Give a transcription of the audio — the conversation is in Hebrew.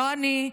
לא אני,